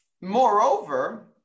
Moreover